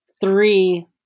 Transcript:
three